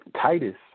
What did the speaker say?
Titus